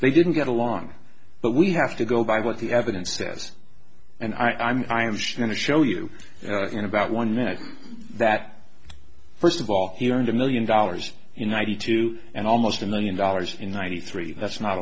they didn't get along but we have to go by what the evidence says and i'm going to show you in about one minute that first of all he earned a million dollars in ninety two and almost a million dollars in ninety three that's not